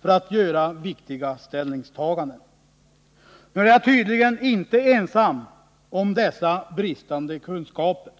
för att göra viktiga ställningstaganden. Nu är jag tydligen inte ensam om att ha bristande språkkunskaper.